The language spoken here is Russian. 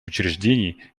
учреждений